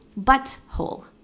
butthole